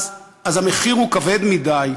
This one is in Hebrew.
אז המחיר הוא כבד מדי,